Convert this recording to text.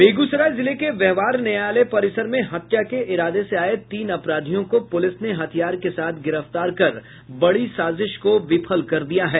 बेगूसराय जिले के व्यवहार न्यायालय परिसर में हत्या के इरादे से आये तीन अपराधियों को पुलिस ने हथियार के साथ गिरफ्तार कर बड़ी साजिश को विफल कर दिया है